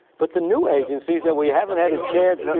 but the new agencies that we haven't had a chance.